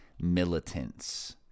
militants